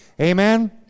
Amen